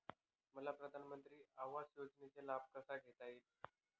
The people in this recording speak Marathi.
मला पंतप्रधान आवास योजनेचा लाभ कसा घेता येईल?